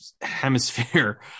hemisphere